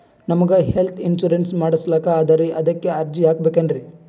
ನಮಗ health insurance ಮಾಡಸ್ಲಾಕ ಅದರಿ ಅದಕ್ಕ ಅರ್ಜಿ ಹಾಕಬಕೇನ್ರಿ?